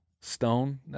Stone